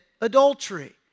adultery